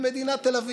למדינת תל אביב.